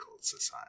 Society